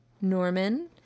Norman